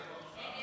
הצבעה.